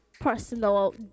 personal